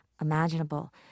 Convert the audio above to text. imaginable